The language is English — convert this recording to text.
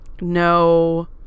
no